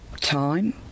time